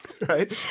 right